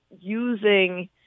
using